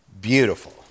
beautiful